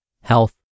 health